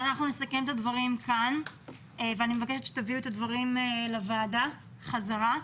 אנחנו נסכם את הדברים כאן ואני מבקשת שתביאו את הדברים לוועדה חזרה.